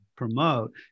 Promote